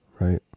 right